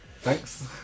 Thanks